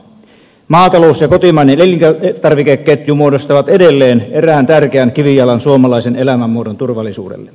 maatalous ja kotimainen elintarvikeketju muodostavat edelleen erään tärkeän kivijalan suomalaisen elämänmuodon turvallisuudelle